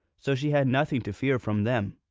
so she had nothing to fear from them.